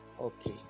Okay